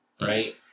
right